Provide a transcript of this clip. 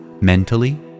mentally